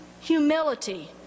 humility